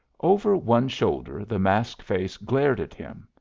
over one shoulder the masked face glared at him.